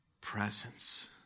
presence